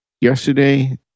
yesterday